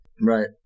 right